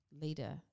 leader